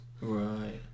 Right